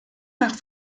nach